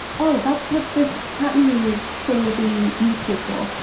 oh, that's what this pattern thing will be useful for.